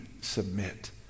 submit